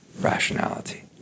rationality